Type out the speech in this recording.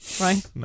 right